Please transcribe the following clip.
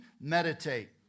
Meditate